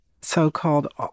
so-called